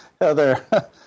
Heather